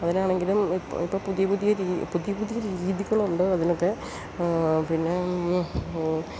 അതിനാണെങ്കിലും ഇപ്പോള് പുതിയ പുതിയ രീതികളുണ്ട് അതിനൊക്കെ പിന്നെ